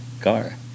car